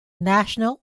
national